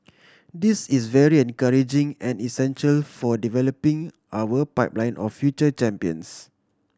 this is very encouraging and essential for developing our pipeline of future champions